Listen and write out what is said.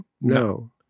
no